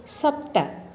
सप्त